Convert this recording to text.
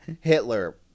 Hitler